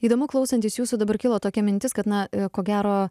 įdomu klausantis jūsų dabar kilo tokia mintis kad na ko gero